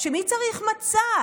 מי צריך מצע?